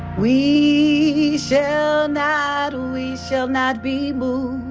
we shall not, we shall not be moved.